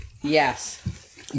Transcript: Yes